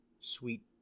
sweet